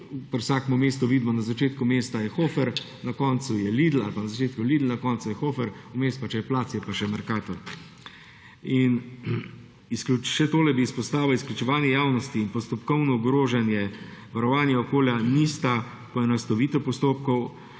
vsakem mestu vidimo, na začetku mesta je Hofer, na koncu je Lidl ali pa na začetku je Lidl, na koncu je Hofer, vmes, če je prostor, je pa še Mercator. Še tole bi izpostavil. Izključevanje javnosti in postopkovno ogrožanje varovanja okolja nista poenostavitev postopkov,